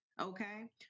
Okay